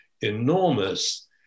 enormous